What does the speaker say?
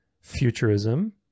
futurism